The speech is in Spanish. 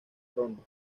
ronda